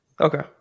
Okay